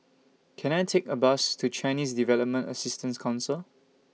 Can I Take A Bus to Chinese Development Assistance Council